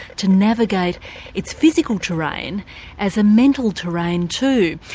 to navigate its physical terrain as a mental terrain too.